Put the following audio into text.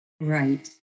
Right